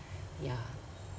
yeah